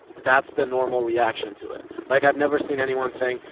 that's the normal reaction to it. like i've never seen anyone saying,